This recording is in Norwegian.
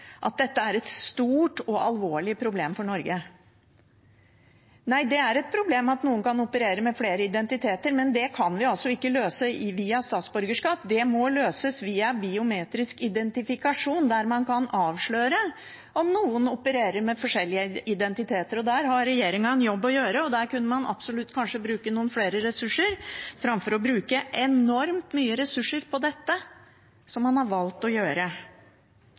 at dette er et stort og alvorlig problem for Norge. Nei, det er et problem at noen kan operere med flere identiteter, men det kan vi ikke løse via statsborgerskap. Det må løses via biometrisk identifikasjon der man kan avsløre om noen opererer med forskjellige identiteter. Der har regjeringen en jobb å gjøre. Der kunne man absolutt brukt noen flere ressurser, framfor å bruke enormt mye ressurser på dette, slik man har valgt å gjøre.